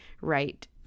right